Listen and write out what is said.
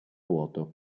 vuoto